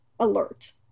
alert